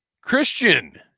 Christian